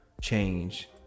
change